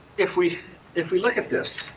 if we if we look at this,